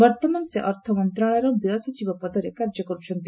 ବର୍ଭମାନ ସେ ଅର୍ଥମନ୍ତଶାଳୟର ବ୍ୟୟ ସଚିବ ପଦରେ କାର୍ଯ୍ୟ କର୍ବଛନ୍ତି